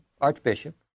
archbishop